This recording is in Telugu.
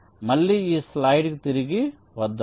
మళ్ళీ ఈ స్లైడ్కు తిరిగి వద్దాం